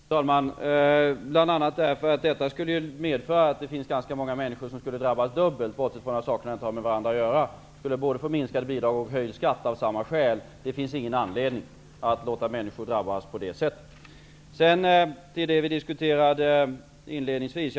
Fru talman! Vi gör inte det bl.a. därför att det skulle medföra att ganska många människor skulle drabbas dubbelt, bortsett från att dessa saker inte har med varandra att göra. Vi skulle få både minskade bidrag och höjd skatt av samma skäl. Det finns ingen anledning att låta människor drabbas på det sättet. Jag skall säga något om det som vi diskuterade inledningsvis.